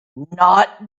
not